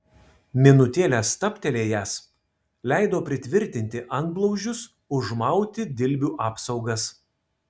minutėlę stabtelėjęs leido pritvirtinti antblauzdžius užmauti dilbių apsaugas